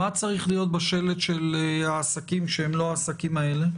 מה צריך להיות בשלט של העסקים שהם לא העסקים האלה?